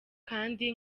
kandi